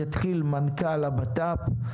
יתחיל מנכ"ל הבט"פ,